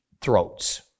throats